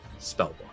spellbook